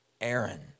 Aaron